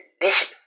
delicious